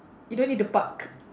you don't need to park